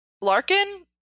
Larkin